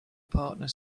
partner